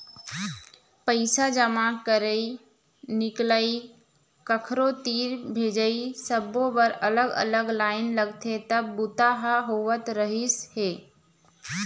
पइसा जमा करई, निकलई, कखरो तीर भेजई सब्बो बर अलग अलग लाईन लगथे तब बूता ह होवत रहिस हे